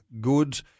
good